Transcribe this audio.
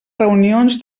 reunions